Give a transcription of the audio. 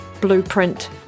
blueprint